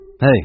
Hey